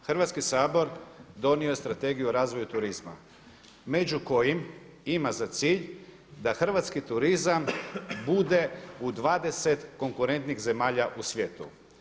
Hrvatski sabor donio je Strategiju o razvoju turizma među kojim ima za cilj da hrvatski turizam bude u 20 konkurentnih zemalja u svijetu.